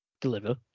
deliver